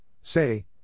say